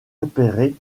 repérer